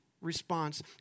response